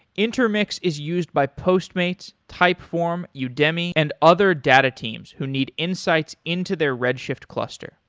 intermix is used by postmates, typeform, yeah udemy and other data teams who need insights into their redshift cluster.